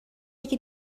یکی